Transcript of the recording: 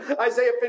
Isaiah